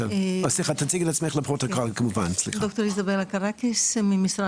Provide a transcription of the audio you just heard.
החברה קפצה ובדקה את כל המקורות